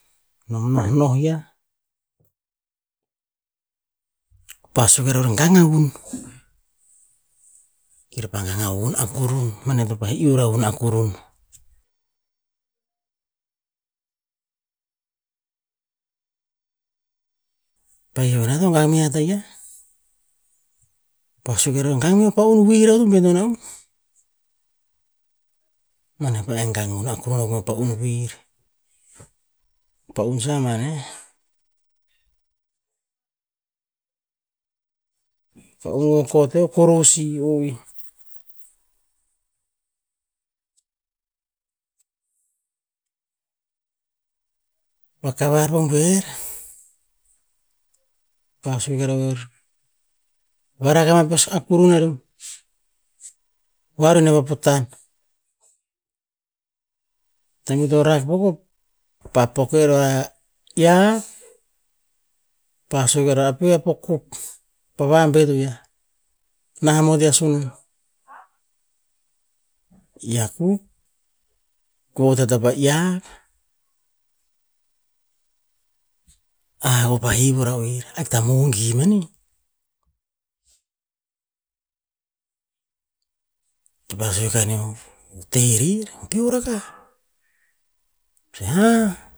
Nom nohnohiah, ko pa sue ke ra oer "gang a hun", kir pa gang o hun akurun, maneh to pa'eh iuh a hun akurum. Pa hiv a neo, nom to gang mea taia, pa sue, "gang meo pa'un win a'u bet non a'uh", maneh pa'eh gang a hun akurun meo pa'un wir, pa-un sa ban eh, pa'un kokot eh a korosi o'ih. Vakavar boer, pa sue ke ra oer, "varak ama peos akurun aru, hoa roniah pa potan". Tem ito rak ko kopa pok eo pa iyav, ko pa sue ke ra, "apeoh pa kopkop pa vam veri ya, nah amot ya sunum" i akuk ko ot ya pa iyav. kopah hivi ra oer "a hik ta mongi mani? Kira pa sue kaneo, "teh rer, beor rakah." Ha